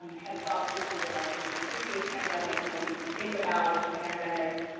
um have thought through some of the lessons of previous pandemics, how we can think about pandemics.